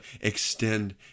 extend